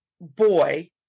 boy